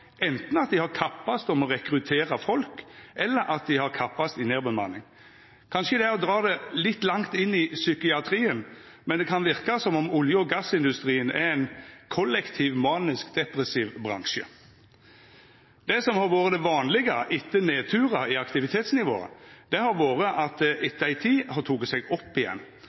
at dei har kappast om å rekruttera folk, eller at dei har kappast i nedbemanning. Kanskje det er å dra det litt langt inn i psykiatrien, men det kan verka som om olje- og gassindustrien er ein kollektiv manisk-depressiv bransje. Det som har vore det vanlege etter nedturar i aktivitetsnivået, har vore at det etter ei tid har teke seg opp igjen,